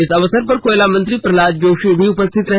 इस अवसर पर कोयला मंत्री प्रहलाद जोशी भी उपस्थित भी रहे